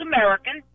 American